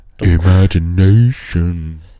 Imagination